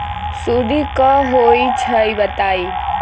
सुडी क होई छई बताई?